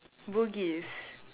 Bugis